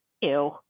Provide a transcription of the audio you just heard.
ew